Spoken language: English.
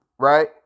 Right